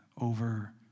over